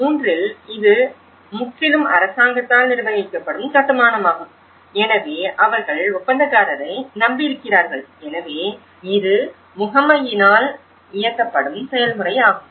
3இல் இது முற்றிலும் அரசாங்கத்தால் நிர்வகிக்கப்படும் கட்டுமானமாகும் எனவே அவர்கள் ஒப்பந்தக்காரரை நம்பியிருக்கிறார்கள் எனவே இது முகமையினால் இயக்கப்படும் செயல்முறை ஆகும்